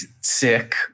sick